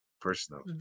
personal